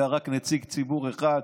היה רק נציג ציבור אחד,